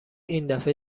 ایندفعه